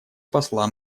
посла